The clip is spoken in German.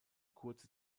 kurze